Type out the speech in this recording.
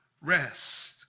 rest